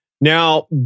Now